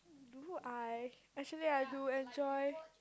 no I actually I do enjoy